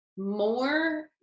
more